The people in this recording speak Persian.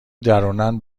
درونن